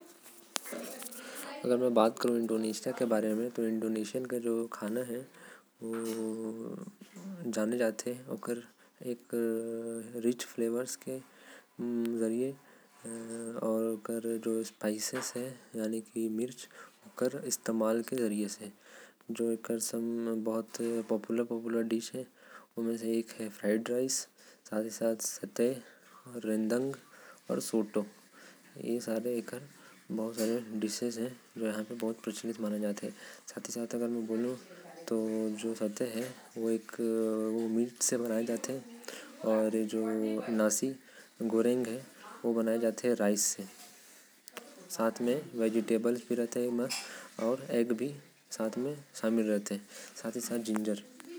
अपन rich flavour अउ मसाला मन के वजह से ही इंडोनेशिया प्रसिद्ध हवे। इंडोनेशिया के प्रमुख पाक शैली होथे सोतो रेन्डेंग अउ सताय। एहि सब वहा के लोग मन ज्यादा खाथे।